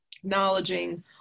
Acknowledging